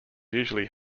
usually